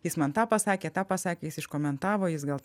jis man tą pasakė tą pasakė jis iškomentavo jis gal